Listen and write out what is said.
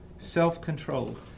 Self-control